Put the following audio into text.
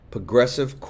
Progressive